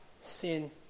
sin